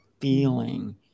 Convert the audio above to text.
feeling